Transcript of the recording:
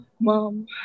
Mom